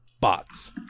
bots